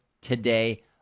today